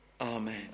Amen